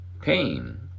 pain